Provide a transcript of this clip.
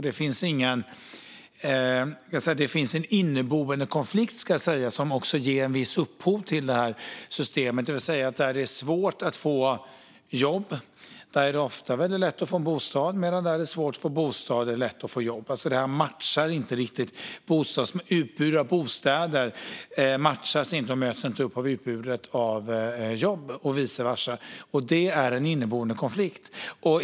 Det finns en inneboende konflikt som delvis ger upphov till det här systemet - där det är svårt att få jobb är det ofta lätt att få bostad, men där det är lätt att få bostad är det svårt att få jobb. Utbudet av bostäder matchas inte och möts inte upp av utbudet av jobb och vice versa. Det är en inneboende konflikt.